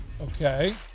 Okay